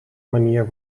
manier